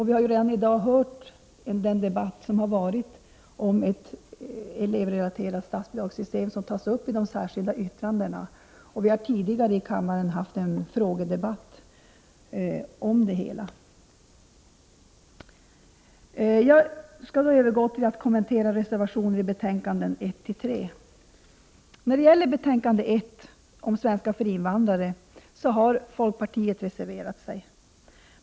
Vi har också redan hört den debatt som varit i dag om ett elevrelaterat statsbidragssystem, vilket tas upp i de särskilda yttrandena. Vi har också tidigare i kammaren haft en frågedebatt om det hela. Jag övergår nu till att kommentera reservationerna i betänkandena 1—3. I betänkande 1 om svenska för invandrare har folkpartiet reserverat sig.